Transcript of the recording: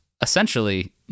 essentially